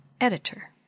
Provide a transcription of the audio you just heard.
Editor